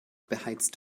beheizt